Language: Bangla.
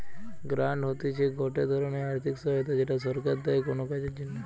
গ্রান্ট হতিছে গটে ধরণের আর্থিক সহায়তা যেটা সরকার দেয় কোনো কাজের জন্যে